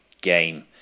game